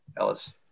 Ellis